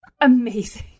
Amazing